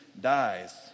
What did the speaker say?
dies